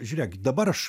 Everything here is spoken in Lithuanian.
žiūrėk dabar aš